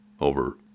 over